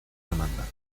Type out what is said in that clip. demanda